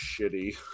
shitty